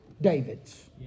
David's